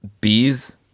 bees